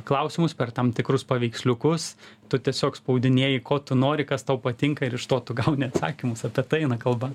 klausimus per tam tikrus paveiksliukus tu tiesiog spaudinėji ko tu nori kas tau patinka ir iš to tu gauni atsakymus apie tai eina kalba